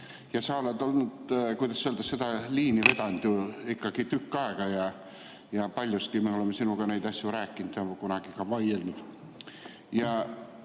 ja sa oled, kuidas öelda, seda liini vedanud ju ikkagi tükk aega. Paljuski me oleme sinuga neid asju rääkinud ja kunagi ka vaielnud.